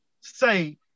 say